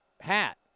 hat